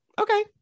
Okay